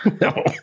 No